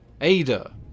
Ada